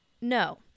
no